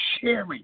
sharing